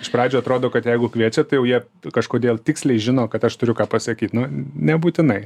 iš pradžių atrodo kad jeigu kviečia tai jau jie kažkodėl tiksliai žino kad aš turiu ką pasakyt nu nebūtinai